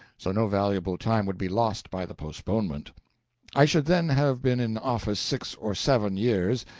so no valuable time would be lost by the postponement i should then have been in office six or seven years,